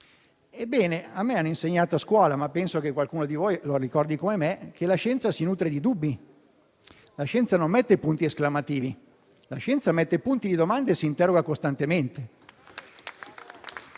Ebbene, a me hanno insegnato a scuola - ma penso che qualcuno di voi lo ricordi come me - che la scienza si nutre di dubbi, non mette punti esclamativi, ma punti di domanda e si interroga costantemente.